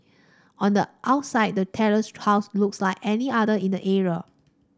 on the outside the terraced house looks like any other in the area